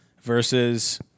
versus